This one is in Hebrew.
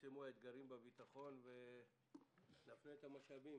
שיצטמצמו האתגרים בביטחון, ונפנה את המשאבים